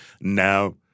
Now